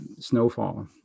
snowfall